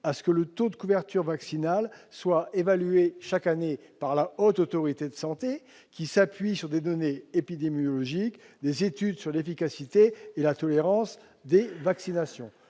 à ce que le taux de couverture vaccinale soit évalué chaque année par la Haute Autorité de santé, qui s'appuie sur des données épidémiologiques, des études sur l'efficacité et la tolérance des vaccinations.